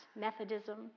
Methodism